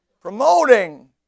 Promoting